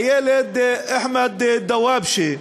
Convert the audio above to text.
הילד אחמד דוואבשה,